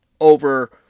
over